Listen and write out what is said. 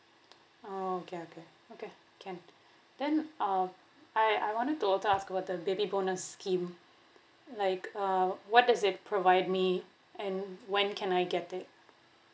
oh okay okay okay can then uh I I wanted to also ask about the baby bonus scheme like uh what does it provide me and when can I get it